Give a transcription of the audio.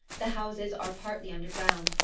the houses are partly underground,